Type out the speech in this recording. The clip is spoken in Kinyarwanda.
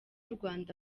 rwanda